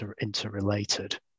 interrelated